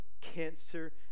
cancer